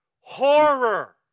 horror